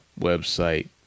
website